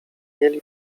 mieli